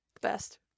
Best